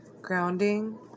Grounding